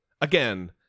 Again